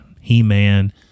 He-Man